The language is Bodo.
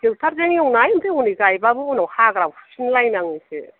ट्रेक्ट'रजों एवनाय ओमफ्राय हनै गायबाबो उनाव हाग्रा फुफिनलाय नाङोसो